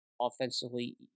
Offensively